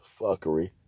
Fuckery